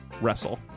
wrestle